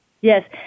Yes